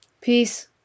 Peace